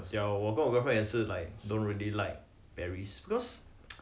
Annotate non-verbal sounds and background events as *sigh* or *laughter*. ya 我跟我 girlfriend 也是 like don't really like paris because *noise*